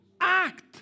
act